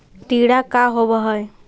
टीडा का होव हैं?